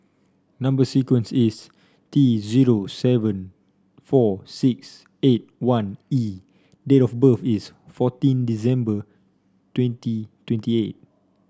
number sequence is T zero seven four six eight one E date of birth is fourteen December twenty twenty eight